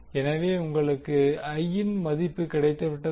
எனவே உங்களுக்கு I ன் மதிப்பு கிடைத்துவிட்டது